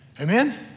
Amen